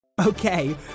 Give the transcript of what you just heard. Okay